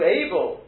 able